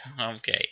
Okay